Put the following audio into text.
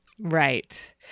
Right